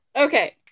Okay